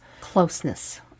closeness